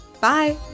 Bye